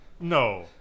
no